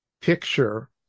picture